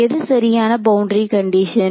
எது சரியான boundary condition